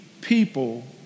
people